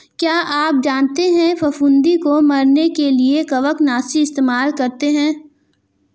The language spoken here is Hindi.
क्या आप जानते है फफूंदी को मरने के लिए कवकनाशी इस्तेमाल करते है?